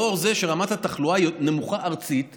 לאור זה שרמת התחלואה הארצית נמוכה,